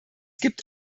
gibt